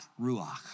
ruach